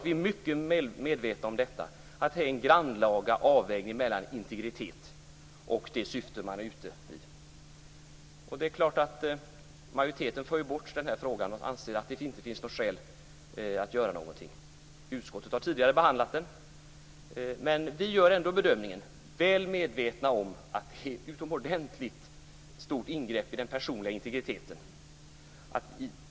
Vi är mycket väl medvetna om att detta är en mycket grannlaga avvägning mellan personlig integritet och det syfte man vill uppnå. Majoriteten för bort den här frågan och anser att det inte finns skäl att göra något. Utskottet har behandlat frågan tidigare. Vi är väl medvetna om att det är ett utomordentligt stort ingrepp i den personliga integriteten.